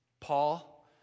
Paul